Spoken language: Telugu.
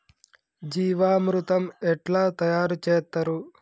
జీవామృతం ఎట్లా తయారు చేత్తరు?